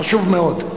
חשוב מאוד.